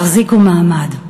תחזיקו מעמד'".